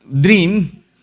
dream